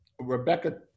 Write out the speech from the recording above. Rebecca